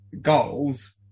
goals